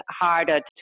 harder